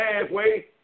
halfway